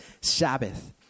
Sabbath